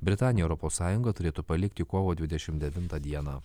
britanija europos sąjungą turėtų palikti kovo dvidešimt devintą dieną